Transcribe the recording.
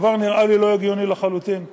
הדבר נראה לי לא הגיוני לחלוטין.